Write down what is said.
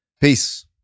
Peace